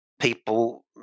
people